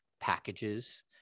packages